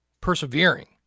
persevering